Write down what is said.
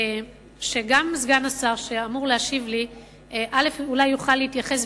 שגם סגן השר שאמור להשיב לי יוכל להתייחס,